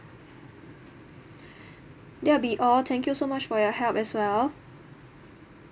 that'll be all thank you so much for your help as well